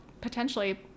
potentially